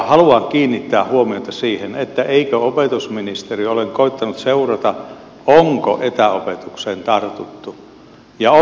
haluan kiinnittää huomiota siihen että eikö opetusministeri ole koettanut seurata onko etäopetukseen tartuttu ja onko sitä kehitetty